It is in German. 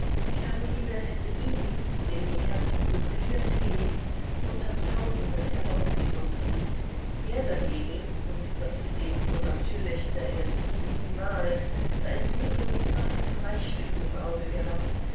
caroline hätte ihn den ihr herz so glühend geliebt unter tausenden herausgefunden er dagegen und das ist eben so natürlich da er sie niemals da er nur ihres vaters reichthum im auge gehabt